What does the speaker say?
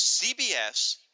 CBS